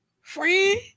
friend